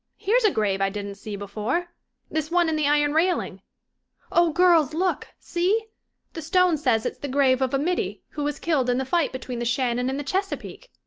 here's a grave i didn't see before this one in the iron railing oh, girls, look, see the stone says it's the grave of a middy who was killed in the fight between the shannon and the chesapeake.